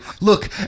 look